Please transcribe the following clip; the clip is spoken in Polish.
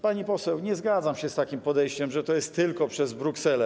Pani poseł, nie zgadzam się z takim podejściem, że to jest możliwe tylko przez Brukselę.